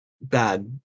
bad